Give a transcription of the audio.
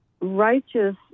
righteous